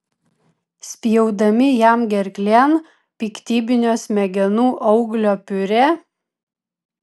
spjaudami jam gerklėn piktybinio smegenų auglio piurė